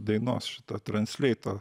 dainos šitą transleitą